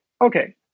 okay